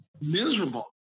miserable